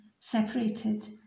separated